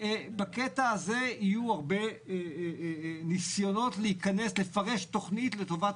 בקטע הזה יהיו הרבה ניסיונות לפרש תכנית לטובת